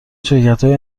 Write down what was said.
شرکتهای